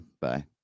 Bye